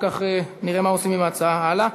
לא עדיף ועדת חוקה, דרך אגב?